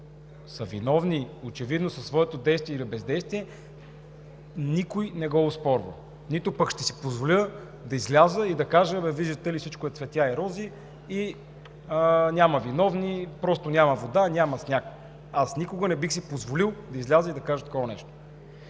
са виновни, очевидно, със своето действие или бездействие, никой не го оспорва, нито пък ще си позволя да изляза и да кажа: абе виждате ли, всичко е цветя и рози и няма виновни – просто няма вода, няма сняг. Никога не бих си позволил да изляза и да кажа такова нещо!